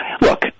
Look